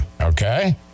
Okay